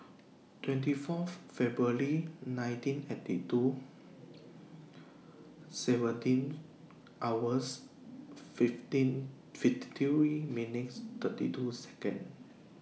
twenty Fourth February nineteen eighty two seventeen hours fifteen minutes thirty two Second